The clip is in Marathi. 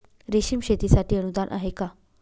रेशीम शेतीसाठी अनुदान आहे का?